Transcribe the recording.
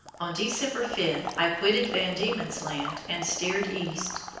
on december five i quitted van diemen's land and steered east.